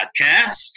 Podcast